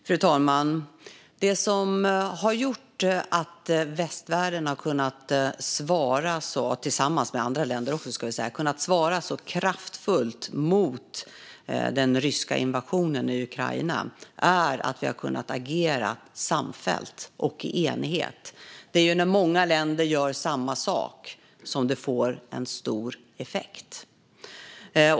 Fru talman! Det som har gjort att västvärlden - tillsammans med andra länder, ska vi säga - har kunnat svara så kraftfullt på den ryska invasionen i Ukraina är att vi har kunnat agera samfällt och i enighet. Det är ju när många länder gör samma sak som det får stor effekt.